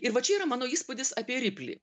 ir va čia yra mano įspūdis apie riplį